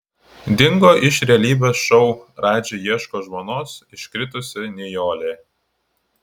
dingo iš realybės šou radži ieško žmonos iškritusi nijolė